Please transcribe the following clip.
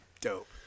dope